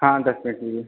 हाँ दस पेड़ चाहिए